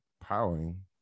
powering